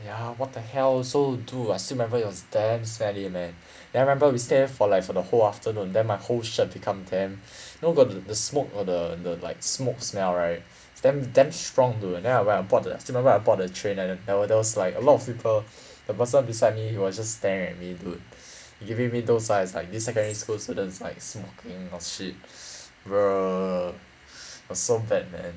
ya what the hell so do I still remember it was damn smelly man then remember we stay there for like for the whole afternoon then my whole shirt become damn you know got the the smoke or the the like smoke smell right damn damn strong you know then when I board the I still remember when I board the train right then there was like a lot of people the person beside me he was just staring at me dude giving me those eyes like these secondary school students like hmm mm oh shit bro it was so bad man